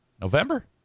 November